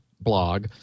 blog